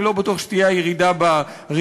אני לא בטוח שתהיה ירידה בריבית,